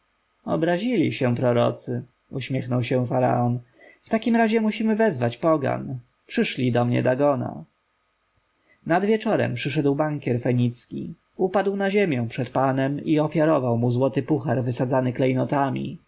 obrazili się prorocy uśmiechnął się faraon w takim razie musimy wezwać pogan przyszlij do mnie dagona nad wieczorem przyszedł bankier fenicki upadł na ziemię przed panem i ofiarował mu złoty puhar wysadzany klejnotami